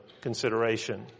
consideration